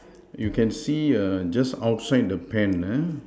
you can see err just outside the pen ah